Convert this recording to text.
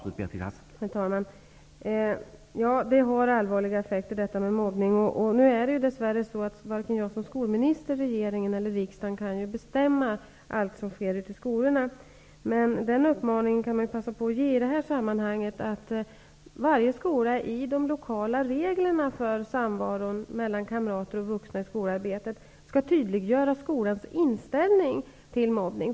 Herr talman! Mobbning ger allvarliga effekter. Dess värre kan varken jag som skolminister, regeringen eller riksdagen bestämma över allt som sker i skolorna. Men jag vill i detta sammanhang passa på att uppmana alla skolor att i de lokala reglerna för samvaron mellan kamrater och vuxna i skolarbetet tydliggöra skolans inställning till mobbning.